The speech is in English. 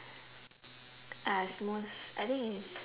as most I think is